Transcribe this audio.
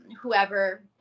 whoever